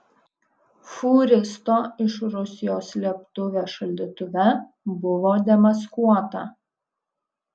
fūristo iš rusijos slėptuvė šaldytuve buvo demaskuota